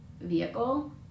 vehicle